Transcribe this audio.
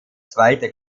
zweite